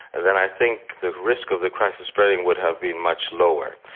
then i think the risk of the crisis spreading would have been much lower.